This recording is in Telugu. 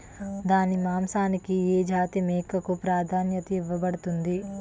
దాని మాంసానికి ఏ జాతి మేకకు ప్రాధాన్యత ఇవ్వబడుతుంది?